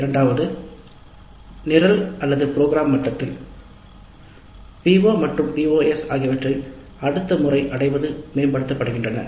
நிரல் மட்டத்தில் நிரலின் அடைய நிலைகளை நாங்கள் உறுதி செய்கிறோம் மற்றும் நிரல் குறிப்பிட்ட விளைவுகளும் அடுத்த முறை மேம்படுத்தப்படுகின்றன